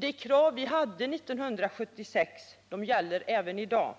De krav vi hade 1976 gäller även i dag,